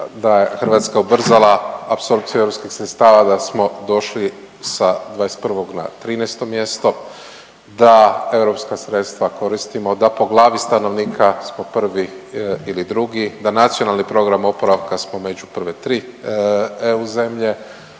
…da je Hrvatska ubrzala apsorpciju europskih sredstava, da smo došli sa 21. na 13. mjesto, da europska sredstva koristimo, da po glavi stanovnika smo prvi ili drugi, da NPOO smo među prve tri EU zemlje,